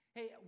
Hey